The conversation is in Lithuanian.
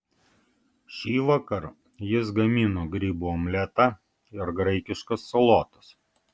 šįvakar jis gamino grybų omletą ir graikiškas salotas